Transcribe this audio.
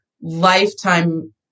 lifetime